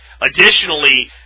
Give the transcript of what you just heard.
additionally